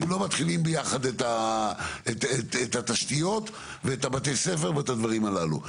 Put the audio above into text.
אם לא מתחילים ביחד את התשתיות ואת בתי הספר ואת הדברים הללו.